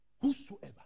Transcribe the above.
Whosoever